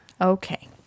okay